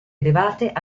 elevate